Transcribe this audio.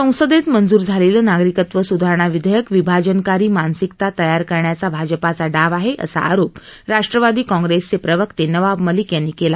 ससंदेत मंजूर झालेलं नागरिकत्व सुधारणा विधेयक विभाजनकारी मानसिकता तयार करण्याचा भाजपाचा डाव आहे असा आरोप राष्ट्रवादी काँग्रेसचे प्रवक्ते नवाब मालिक यांनी केला